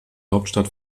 hauptstadt